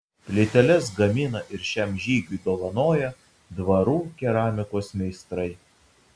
plyteles gamina ir šiam žygiui dovanoja dvarų keramikos meistrai